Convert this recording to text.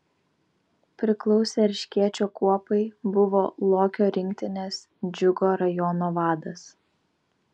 priklausė erškėčio kuopai buvo lokio rinktinės džiugo rajono vadas